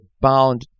bound